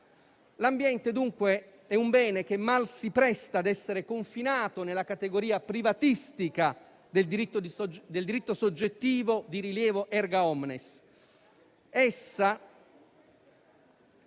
L'ambiente dunque è un bene che mal si presta ad essere confinato nella categoria privatistica del diritto soggettivo di rilievo *erga omnes*.